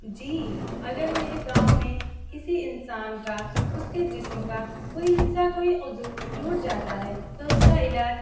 جی اگر میرے گاؤں میں کسی انسان کا اس کے جسم کا کوئی حصہ کوئی عضو ٹوٹ جاتا ہے تو اس کا علاج